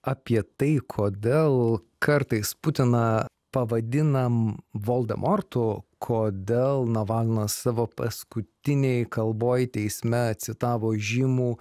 apie tai kodėl kartais putiną pavadinam voldemortu kodėl navalnas savo paskutinėj kalboj teisme citavo žymų